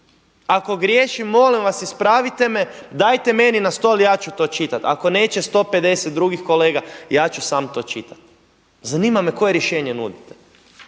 Ako griješim molim vas ispravite me, dajte meni na stol ja ću to čitat ako neće 150 drugih kolega, ja ću sam to čitati. Zanima me koje rješenje nudite?